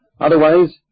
Otherwise